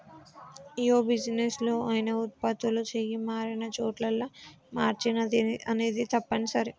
యే బిజినెస్ లో అయినా వుత్పత్తులు చెయ్యి మారినచోటల్లా మార్జిన్ అనేది తప్పనిసరి